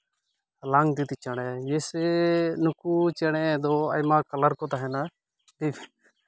ᱞᱟᱝᱛᱤᱛᱤ ᱪᱮᱬᱮ ᱡᱮᱭᱥᱮ ᱱᱩᱠᱩ ᱪᱮᱬᱮ ᱫᱚ ᱟᱭᱢᱟ ᱠᱟᱞᱟᱨ ᱠᱚ ᱛᱟᱦᱮᱱᱟ